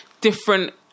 different